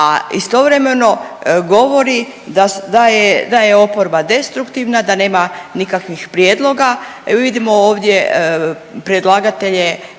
istovremeno govori da, da je, da je oporba destruktivna, da nema nikakvih prijedloga.